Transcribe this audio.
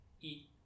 eat